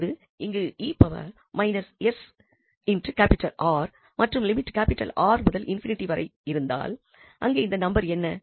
இப்பொழுது இங்கு மற்றும் லிமிட் 𝑅 முதல் ∞ வரை இருந்தால் அங்கே இந்த நம்பர் என்ன